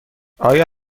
آیا